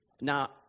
Now